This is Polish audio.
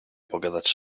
pogadać